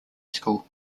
school